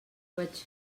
vaig